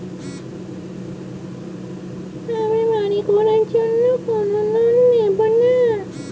আমি বাড়ি করার জন্য কিভাবে লোন পাব?